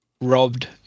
Robbed